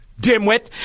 dimwit